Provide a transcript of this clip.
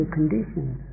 conditions